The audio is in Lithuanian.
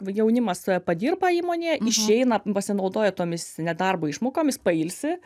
jaunimas padirba įmonėje išeina pasinaudoja tomis nedarbo išmokomis pailsi